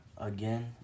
again